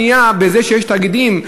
ופעם שנייה בזה שיש תאגידים,